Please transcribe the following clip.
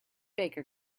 baker